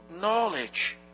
knowledge